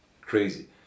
crazy